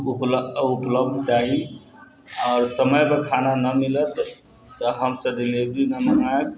उपलब्ध चाही आओर समयपर खाना नहि मिलत तऽ हमसब डिलीवरी नहि मँगाएब